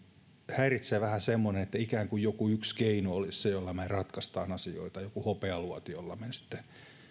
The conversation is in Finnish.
häiritsee vähän semmoinen että ikään kuin joku yksi keino olisi se jolla me ratkaisemme asioita joku hopealuoti jolla me sitten